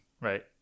right